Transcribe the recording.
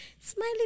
Smiley